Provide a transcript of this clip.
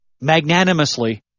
magnanimously